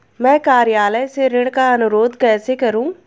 मैं कार्यालय से ऋण का अनुरोध कैसे करूँ?